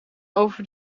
over